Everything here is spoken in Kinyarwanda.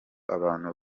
abantu